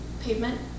pavement